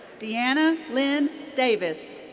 deanna lynn davis.